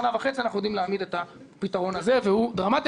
להעמיד את הפתרון הזה והוא דרמטי.